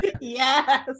Yes